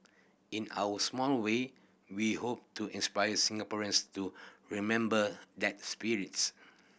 in our small way we hope to inspire Singaporeans to remember that spirit